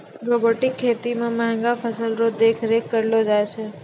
robotic खेती मे महंगा फसल रो देख रेख करलो जाय छै